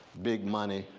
big money,